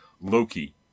Loki